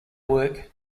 work